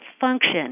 function